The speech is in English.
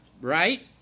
right